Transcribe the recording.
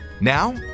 Now